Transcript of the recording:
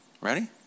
Ready